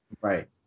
Right